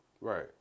Right